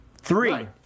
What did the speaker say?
Three